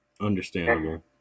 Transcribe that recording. Understandable